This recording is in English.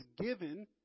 given